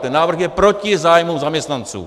Ten návrh je proti zájmu zaměstnanců.